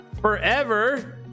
Forever